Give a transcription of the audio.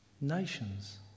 nations